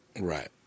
Right